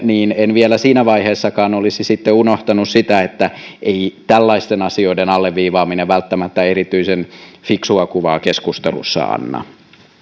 niin en vielä siinä vaiheessakaan olisi sitten unohtanut sitä että ei tällaisten asioiden alleviivaaminen välttämättä erityisen fiksua kuvaa keskustelussa anna